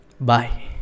bye